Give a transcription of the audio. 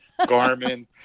Garmin